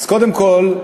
קודם כול,